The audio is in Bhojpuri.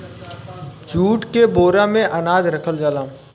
जूट के बोरा में अनाज रखल जाला